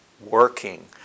Working